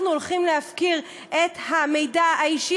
אנחנו הולכים להפקיר את המידע האישי,